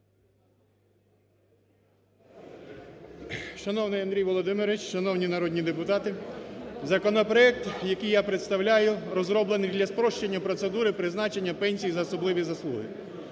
Шановний Андрію Володимировичу, шановні народні депутати! Законопроект, який я представляю, розроблений для спрощення процедури призначення пенсій за особливі заслуги.